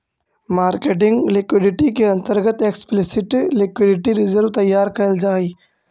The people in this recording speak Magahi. मार्केटिंग लिक्विडिटी के अंतर्गत एक्सप्लिसिट लिक्विडिटी रिजर्व तैयार कैल जा हई